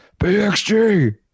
BXG